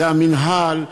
זה המינהל,